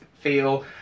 feel